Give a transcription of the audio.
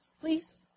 please